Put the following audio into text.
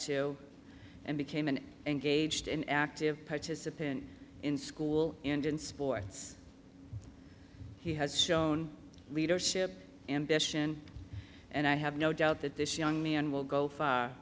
to and became an engaged in active participant in school and in sports he has shown leadership ambition and i have no doubt that this young man will go